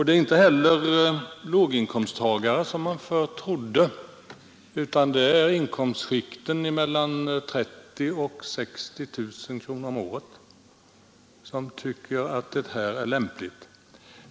Det är inte heller låginkomsttagare — som man förr trodde — utan det är människor som tjänar mellan 40 000 och 60 000 kronor om året som tycker att det är lämpligt att dricka hembränt.